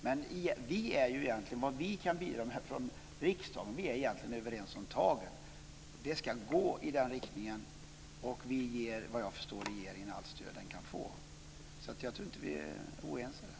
Men vad vi från riksdagen kan bidra med är att vara överens om tagen. Det ska gå i den riktningen, och såvitt jag förstår ger vi regeringen allt stöd som den kan få. Jag tror inte att vi är oense där.